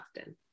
often